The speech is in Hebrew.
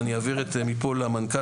ואני אעביר את זה מפה למנכ"ל.